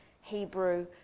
Hebrew